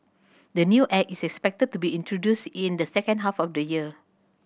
the new Act is expected to be introduced in the second half of the year